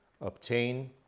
obtain